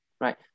right